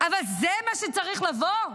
אבל זה מה שצריך לבוא?